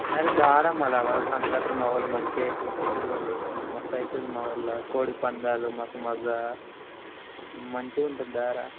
అరేయ్ రారా మరల సంక్రాంత్రి మా ఊళ్ళో మంచిగా అవుతుంది ఫెస్టివలు మస్త్ అవుతుంది మా ఊళ్ళో కోడి పందాలు మస్తు మజా మంచిగా ఉంటుంది రారా